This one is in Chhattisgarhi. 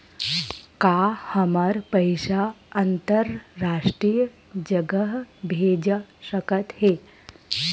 का हमर पईसा अंतरराष्ट्रीय जगह भेजा सकत हे?